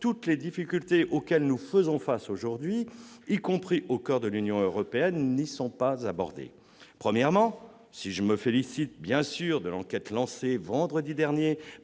toutes les difficultés auxquelles nous faisons face aujourd'hui, y compris au coeur de l'Union européenne, ne sont pas abordées. Premièrement, si je me félicite, bien évidemment, de l'enquête lancée, vendredi dernier,